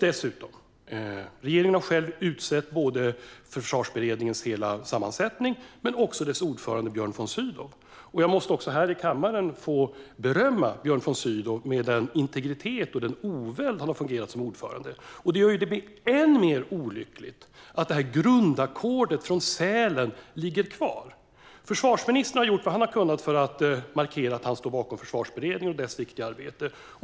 Dessutom har regeringen själv utsett Försvarsberedningen i hela dess sammansättning, inklusive ordförande Björn von Sydow. Jag måste också här i kammaren få berömma Björn von Sydow för den integritet och den oväld med vilken han har fungerat som ordförande. Det gör att det blir än mer olyckligt att grundackordet från Sälen ligger kvar. Försvarsministern har gjort vad han har kunnat för att markera att han står bakom Försvarsberedningen och dess viktiga arbete.